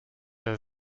der